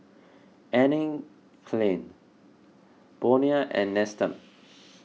Anne Klein Bonia and Nestum